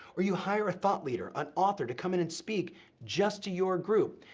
or you hire a thought leader, an author, to come in and speak just to your group.